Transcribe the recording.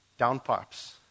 downpipes